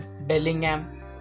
Bellingham